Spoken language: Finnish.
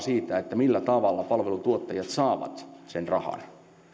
siinä millä tavalla palveluntuottajat saavat sen rahan